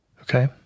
Okay